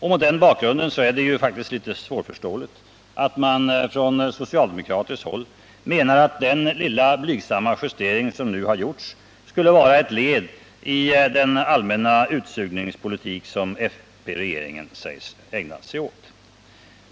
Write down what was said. Mot den bakgrunden är det faktiskt litet svårförståeligt att man från socialdemokratiskt håll menar att den lilla blygsamma justering som nu gjorts skulle vara ett led i den allmänna utsugningspolitik som folkpartiregeringen sägs ägna sig åt.